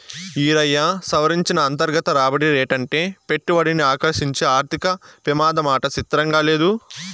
ఈరయ్యా, సవరించిన అంతర్గత రాబడి రేటంటే పెట్టుబడిని ఆకర్సించే ఆర్థిక పెమాదమాట సిత్రంగా లేదూ